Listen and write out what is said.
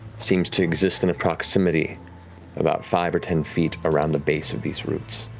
seems to exist in a proximity about five or ten feet around the base of these roots.